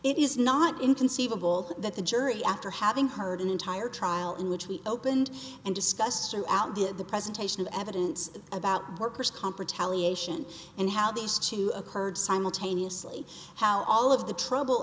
it is not inconceivable that the jury after having heard an entire trial in which we opened and discussed throughout the the presentation of evidence about workers comp retaliation and how these two occurred simultaneously how all of the trouble